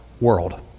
world